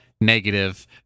negative